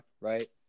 right